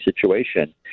situation